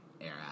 era